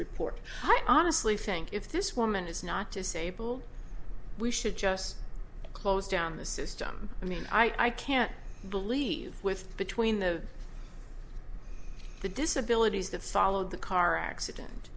report i honestly think if this woman is not disabled we should just close down the system i mean i can't believe with between the the disability that followed the car accident